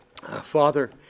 Father